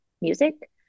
music